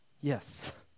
Yes